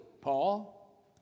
Paul